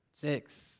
six